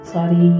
Sorry